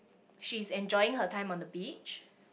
she enjoying her time on the beach